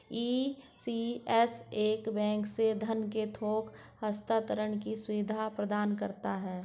ECS एक bank से धन के थोक हस्तांतरण की सुविधा प्रदान करता है